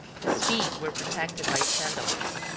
his feet were protected by sandals,